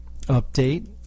update